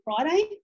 friday